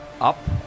up